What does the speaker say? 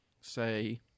say